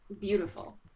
beautiful